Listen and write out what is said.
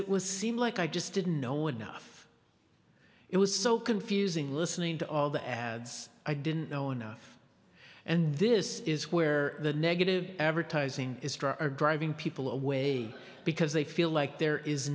it was seem like i just didn't know enough it was so confusing listening to all the ads i didn't know enough and this is where the negative advertising are driving people away because they feel like there is